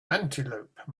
antelope